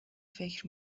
فکر